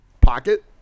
pocket